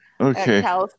okay